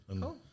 Cool